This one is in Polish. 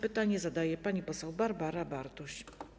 Pytanie zadaje pani poseł Barbara Bartuś.